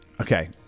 okay